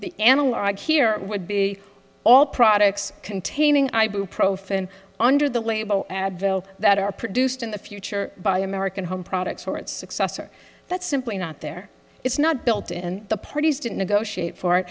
the analog here would be all products containing ibuprofen under the label advil that are produced in the future by american home products or its successor that's simply not there it's not built in the parties to negotiate for